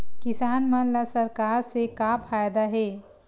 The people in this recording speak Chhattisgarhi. किसान मन ला सरकार से का फ़ायदा हे?